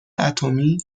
اتمی